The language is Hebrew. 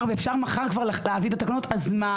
ואפשר כבר מחר לביא את התקנות ואם זה כך,